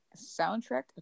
soundtrack